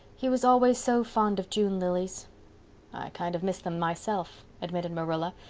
he was always so fond of june lilies. i kind of miss them myself, admitted marilla,